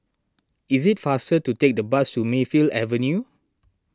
is it faster to take the bus to Mayfield Avenue